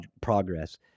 Progress